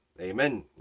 amen